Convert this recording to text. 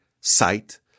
sight